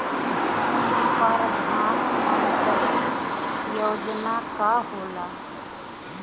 परधान मंतरी योजना का होला?